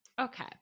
Okay